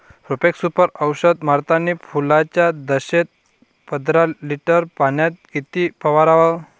Profex Super औषध मारतानी फुलाच्या दशेत पंदरा लिटर पाण्यात किती फवाराव?